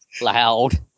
loud